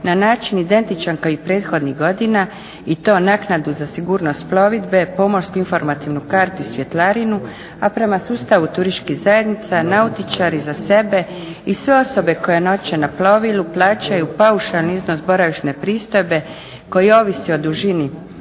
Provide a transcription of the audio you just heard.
na način identičan kao i prethodnih godina i to naknadu za sigurnost plovidbe, pomorsku informativnu kartu i svjetlarinu. A prema sustavu turističkih zajednica nautičari za sebe i sve osobe koje nađe na plovilu plaćaju paušalni iznos boravišne pristojbe koji ovisi o dužini